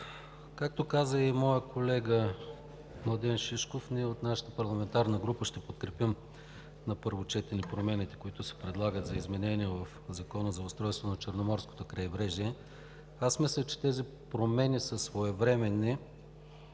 Както каза и колегата Младен Шишков, ние от нашата парламентарна група ще подкрепим на първо четене промените, които се предлагат, за изменение в Закона за устройство на Черноморското крайбрежие. Аз мисля, че тези промени са своевременни